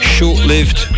Short-lived